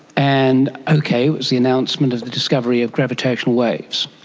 and okay, it was the announcement of the discovery of gravitational waves.